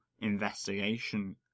investigation